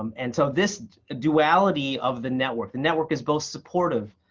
um and so this duality of the network the network is both supportive,